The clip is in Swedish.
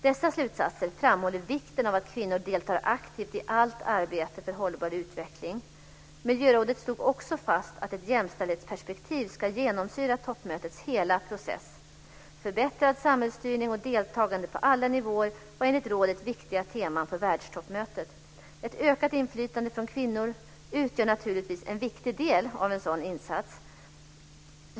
Dessa slutsatser framhåller vikten av att kvinnor deltar aktivt i allt arbete för hållbar utveckling. Miljörådet slog också fast att ett jämställdhetsperspektiv ska genomsyra toppmötets hela process. Förbättrad samhällsstyrning och deltagande på alla nivåer var enligt rådet viktiga teman för världstoppmötet. Ett ökat inflytande från kvinnor utgör naturligtvis en viktig del av en sådan insats.